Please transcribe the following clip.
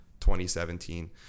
2017